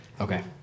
Okay